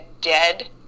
dead